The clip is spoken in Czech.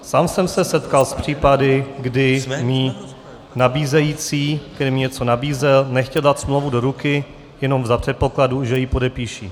Sám jsem se setkal s případy, kdy mi nabízející, který něco nabízel, nechtěl dát smlouvu do ruky, jenom za předpokladu, že ji podepíši.